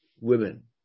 women